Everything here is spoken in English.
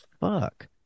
fuck